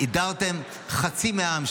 הדרתם חצי מהעם,